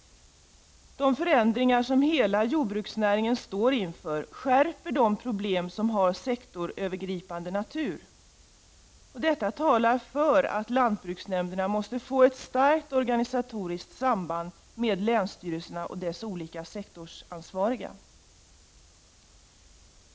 De förändringar som hela jordbruksnäringen står inför innebär att de problem som är av sektorsövergripande natur skärps. Detta talar för att lantbruksnämnderna måste få ett starkt organisatoriskt samband med länsstyrelserna och dess olika sektorsansvariga.